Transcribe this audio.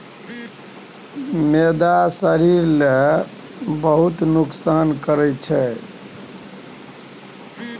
मैदा शरीर लेल नोकसान करइ छै